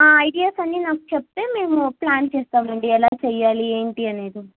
ideas అన్నీ నాకు చెప్తే మేము ప్ల్యాన్ చేస్తామండి ఎలా చెయ్యాలి ఏంటి అనేది